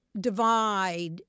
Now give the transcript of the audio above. divide